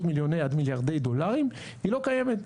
מיליוני עד מיליארדי דולרים היא לקיימת,